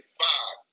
five